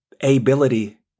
ability